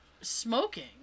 smoking